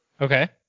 Okay